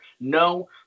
No